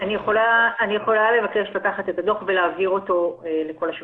אני יכולה לבקש לקחת את הדוח ולהעביר אותו לעיון כל השופטים.